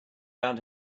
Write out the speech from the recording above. out